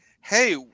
hey